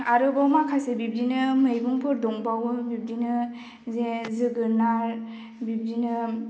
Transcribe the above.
आरोबाव माखासे बिब्दिनो मैगंफोर दंबावो बिब्दिनो जे जोगोनार बिब्दिनो